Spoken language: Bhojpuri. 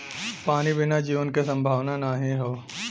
पानी बिना जीवन के संभावना नाही हौ